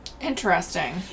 Interesting